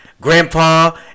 grandpa